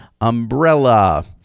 umbrella